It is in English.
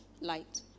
light